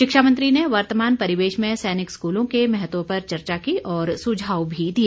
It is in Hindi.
शिक्षा मंत्री ने वर्तमान परिवेश में सैनिक स्कूलों के महत्व पर चर्चा की और सुझाव भी दिए